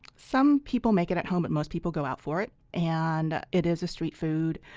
some people make it at home, but most people go out for it. and it is a street food.